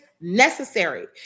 necessary